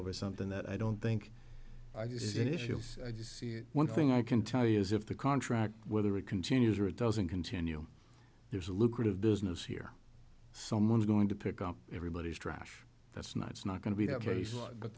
over something that i don't think i this is an issue i just see it one thing i can tell you is if the contract whether it continues or it doesn't continue there's a lucrative business here someone's going to pick up everybody's trash that's not it's not going to be that